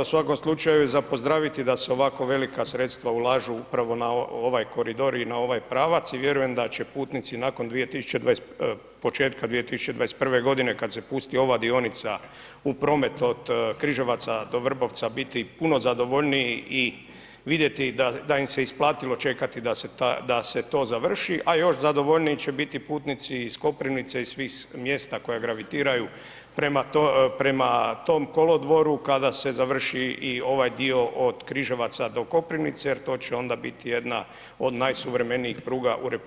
U svakom slučaju je za pozdraviti da se ovako velika sredstva ulažu upravo na ovaj koridor i na ovaj pravac i vjerujem da će putnici početka 2021.g. kad se pusti ova dionica u promet od Križevaca do Vrbovca biti puno zadovoljniji i vidjeti da im se isplatilo čekati da se to završi, a još zadovoljniji će biti putnici iz Koprivnice i iz svih mjesta koja gravitiraju prema tom kolodvoru kada se završi i ovaj dio od Križevaca do Koprivnice jer to će onda biti jedna od najsuvremenijih pruga u RH,